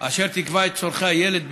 אשר תקבע את צורכי הילד,